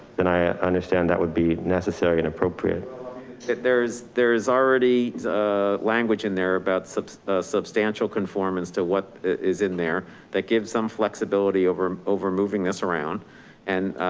then i understand that would be necessarily inappropriate. there's there's already a language in there about subs, a substantial conformance to what is in there that gives some flexibility over, over moving this around and,